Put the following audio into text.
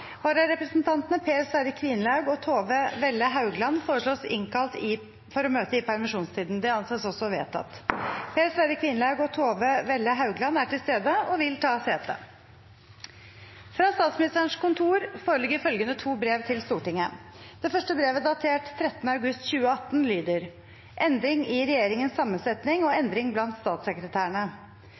permisjonstiden: Per Sverre Kvinlaug og Tove Welle Haugland Per Sverre Kvinlaug og Tove Welle Haugland er til stede og vil ta sete. Fra Statsministerens kontor foreligger følgende to brev til Stortinget. Det første brevet, datert 13. august 2018, lyder: « Endring i regjeringens sammensetning og endring blant statssekretærene